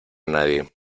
nadie